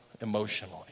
emotionally